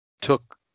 took